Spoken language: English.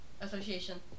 association